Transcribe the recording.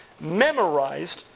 memorized